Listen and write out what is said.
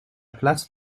place